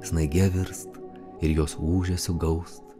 snaige virst ir jos ūžesiu gaust